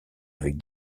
avec